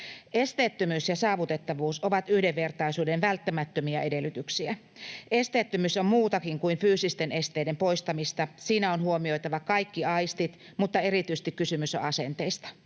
Esteettömyys ja saavutettavuus ovat yhdenvertaisuuden välttämättömiä edellytyksiä. Esteettömyys on muutakin kuin fyysisten esteiden poistamista. Siinä on huomioitava kaikki aistit, mutta erityisesti kysymys on asenteista.